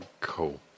Cool